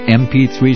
mp3